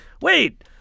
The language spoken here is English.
Wait